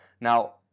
Now